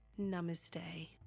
Namaste